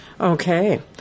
Okay